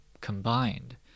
combined